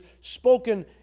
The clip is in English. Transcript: spoken